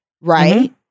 right